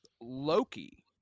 Loki